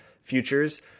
futures